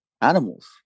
animals